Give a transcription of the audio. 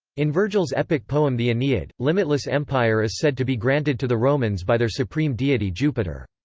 in vergil's epic poem the aeneid, limitless empire is said to be granted to the romans by their supreme deity jupiter.